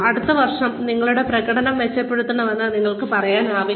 അടുത്ത വർഷം നിങ്ങളുടെ പ്രകടനം മെച്ചപ്പെടുത്തണമെന്ന് നിങ്ങൾക്ക് പറയാനാവില്ല